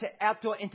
outdoor